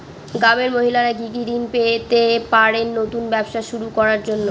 গ্রামের মহিলারা কি কি ঋণ পেতে পারেন নতুন ব্যবসা শুরু করার জন্য?